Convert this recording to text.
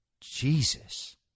Jesus